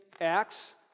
Acts